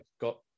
got